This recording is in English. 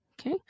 Okay